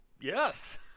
Yes